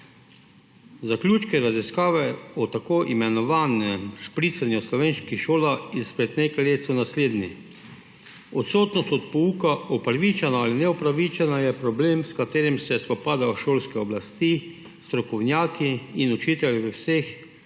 Zaključki raziskave o tako imenovanem špricanju v slovenskih šolah izpred nekaj let so naslednji. Odsotnost od pouka, upravičena ali neupravičena, je problem, s katerim se spopadajo šolske oblasti, strokovnjaki in učitelji v vseh